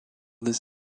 des